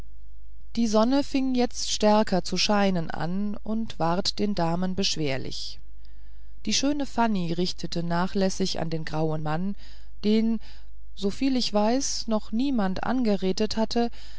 die sonne fing jetzt stärker zu scheinen an und ward den damen beschwerlich die schöne fanny richtete nachlässig an den grauen mann den so viel ich weiß noch niemand angeredet hatte